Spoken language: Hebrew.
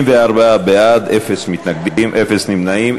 74 בעד, אין מתנגדים, אין נמנעים.